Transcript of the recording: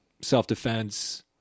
self-defense